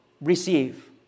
receive